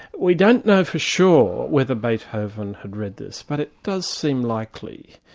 we don't know for sure whether beethoven had read this, but it does seem likely,